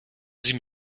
sie